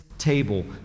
table